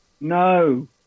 No